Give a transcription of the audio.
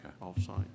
off-site